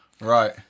Right